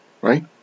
right